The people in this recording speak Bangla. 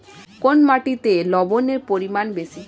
কোন মাটিতে লবণের পরিমাণ বেশি?